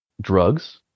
drugs